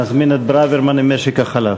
שנזמין את ברוורמן למשק החלב?